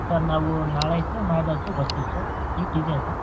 sir ನಾವು ನಾಳೆ ಆಯಿತು ನಾಡ್ದು ಆಯಿತು ಬರ್ತೀವಿ ಸರ್ ಸೀಟ್ ಇದೆಯಾ ಸರ್